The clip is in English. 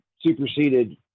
superseded